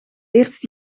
eerst